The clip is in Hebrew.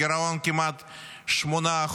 הגירעון כמעט 8%,